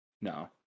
No